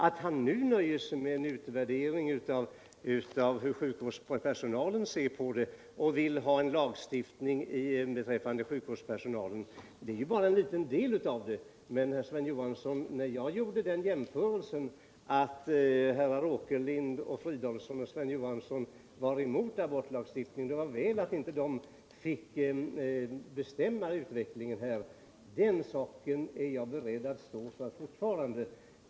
Att han nu nöjer sig med en utvärdering av hur sjukvårdspersonalen ser på frågan och vill ha en lagstiftning beträffande denna är bara en liten del av det hela. Jag nämnde att herrar Åkerlind, Fridolfsson och Sven Johansson var emot abortlagstiftning och att det var väl att de inte fick bestämma utvecklingen här i landet. Jag är fortfarande beredd att stå för detta.